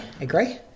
Agree